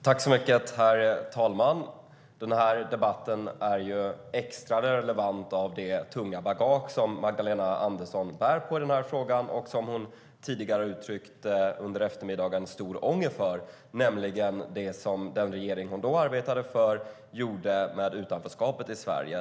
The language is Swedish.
Herr talman! Den här debatten är extra relevant på grund av det tunga bagage som Magdalena Andersson bär på i den här frågan och det som hon tidigare under eftermiddagen uttryckte stor ånger över, nämligen det som den regering som hon då arbetade för gjorde med utanförskapet i Sverige.